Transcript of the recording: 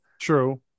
True